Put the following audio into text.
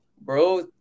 Bro